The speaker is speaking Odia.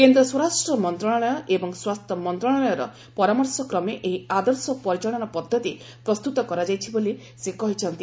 କେନ୍ଦ୍ର ସ୍ୱରାଷ୍ଟ୍ର ମନ୍ତ୍ରଣାଳୟ ଏବଂ ସ୍ୱାସ୍ଥ୍ୟ ମନ୍ତ୍ରଣାଳୟର ପରାମର୍ଶ କ୍ରମେ ଏହି ଆଦର୍ଶ ପରିଚାଳନା ପଦ୍ଧତି ପ୍ରସ୍ତୁତ କରାଯାଇଛି ବୋଲି ସେ କହିଛନ୍ତି